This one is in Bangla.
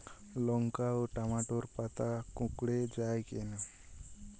লঙ্কা ও টমেটোর পাতা কুঁকড়ে য়ায় কেন?